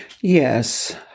Yes